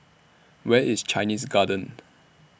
Where IS Chinese Garden